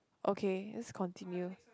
okay let's continue